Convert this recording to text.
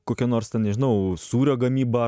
kokio nors ten nežinau sūrio gamyba